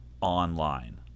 online